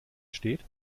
steht